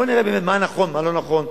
בוא נראה באמת מה נכון ומה לא נכון,